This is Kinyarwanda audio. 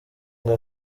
ngo